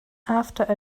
after